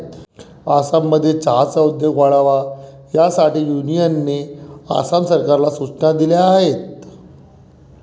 आसाममध्ये चहाचा उद्योग वाढावा यासाठी युनियनने आसाम सरकारला सूचना दिल्या आहेत